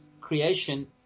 creation